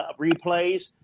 replays